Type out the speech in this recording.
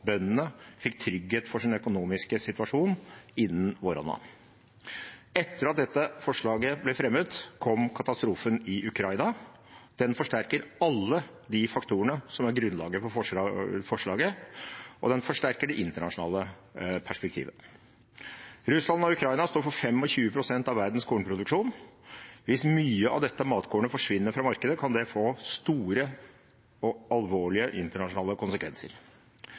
bøndene fikk trygghet for sin økonomiske situasjon innen våronna. Etter at dette forslaget ble fremmet, kom katastrofen i Ukraina. Den forsterker alle de faktorene som er grunnlaget for forslaget, og den forsterker det internasjonale perspektivet. Russland og Ukraina står for 25 pst. av verdens kornproduksjon. Hvis mye av dette matkornet forsvinner fra markedet, kan det få store og alvorlige internasjonale konsekvenser.